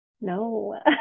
No